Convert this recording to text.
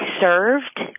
served